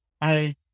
I-